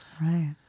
right